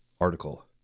Article